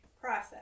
process